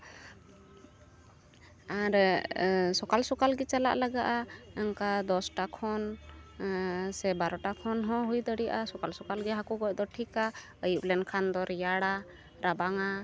ᱟᱨ ᱥᱚᱠᱟᱞ ᱥᱚᱠᱟᱞ ᱜᱮ ᱪᱟᱞᱟᱜ ᱞᱟᱜᱟᱜᱼᱟ ᱚᱱᱠᱟ ᱫᱚᱥᱴᱟ ᱠᱷᱚᱱ ᱥᱮ ᱵᱟᱨᱚᱴᱟ ᱠᱷᱚᱱ ᱦᱚᱸ ᱦᱩᱭ ᱫᱟᱲᱮᱭᱟᱜ ᱥᱚᱠᱟᱞ ᱥᱚᱠᱟᱞ ᱜᱮ ᱦᱟᱹᱠᱩ ᱜᱚᱡ ᱫᱚ ᱴᱷᱤᱠᱟ ᱟᱹᱭᱩᱵ ᱞᱮᱱᱠᱷᱟᱱ ᱫᱚ ᱨᱮᱭᱟᱲᱟ ᱨᱟᱵᱟᱝᱟ